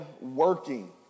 working